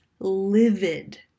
livid